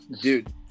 Dude